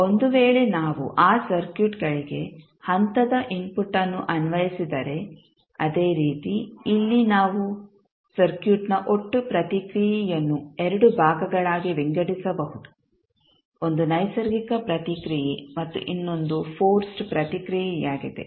ಒಂದು ವೇಳೆ ನಾವು ಆ ಸರ್ಕ್ಯೂಟ್ಗಳಿಗೆ ಹಂತದ ಇನ್ಪುಟ್ ಅನ್ನು ಅನ್ವಯಿಸಿದರೆ ಅದೇ ರೀತಿ ಇಲ್ಲಿ ನಾವು ಸರ್ಕ್ಯೂಟ್ನ ಒಟ್ಟು ಪ್ರತಿಕ್ರಿಯೆಯನ್ನು ಎರಡು ಭಾಗಗಳಾಗಿ ವಿಂಗಡಿಸಬಹುದು ಒಂದು ನೈಸರ್ಗಿಕ ಪ್ರತಿಕ್ರಿಯೆ ಮತ್ತು ಇನ್ನೊಂದು ಫೋರ್ಸ್ಡ್ ಪ್ರತಿಕ್ರಿಯೆಯಾಗಿದೆ